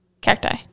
Cacti